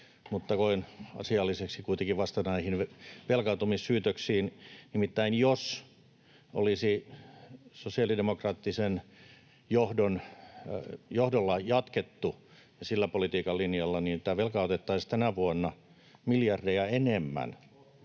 mutta koen asialliseksi kuitenkin vastata näihin velkaantumissyytöksiin. Nimittäin jos olisi sosiaalidemokraattisella johdolla jatkettu ja sillä politiikan linjalla, niin velkaa otettaisiin tänä vuonna miljardeja enemmän.